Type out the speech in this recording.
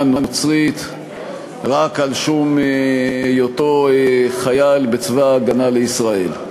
הנוצרית רק על שום היותו חייל בצבא ההגנה לישראל.